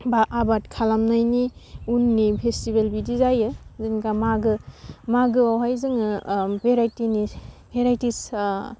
बा आबाद खालामनायनि उननि फेस्टिभेल बिदि जायो जेनबा माघो माघोआवहाय जोङो भेरायटिनि भेरायटिस